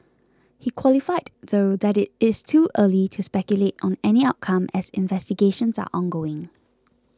he qualified though that it is too early to speculate on any outcome as investigations are ongoing